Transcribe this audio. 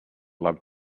love